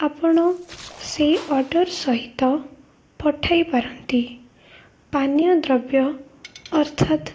ଆପଣ ସେଇ ଅର୍ଡ଼ର୍ ସହିତ ପଠାଇ ପାରନ୍ତି ପାନୀୟ ଦ୍ରବ୍ୟ ଅର୍ଥାତ